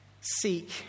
Seek